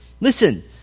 Listen